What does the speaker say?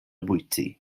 bwyty